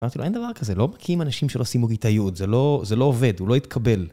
אמרתי לו, אין דבר כזה, לא מגיעים אנשים שלא סיימו כיתה יוד, זה לא עובד, הוא לא יתקבל.